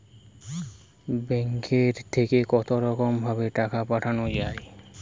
ব্যাঙ্কের থেকে কতরকম ভাবে টাকা পাঠানো য়ায়?